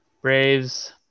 Braves